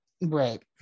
Right